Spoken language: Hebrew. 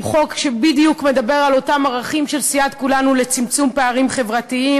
הוא חוק שמדבר בדיוק על אותם ערכים של סיעת כולנו לצמצום פערים חברתיים.